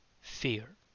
Fear